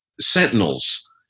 sentinels